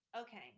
Okay